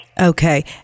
Okay